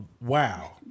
Wow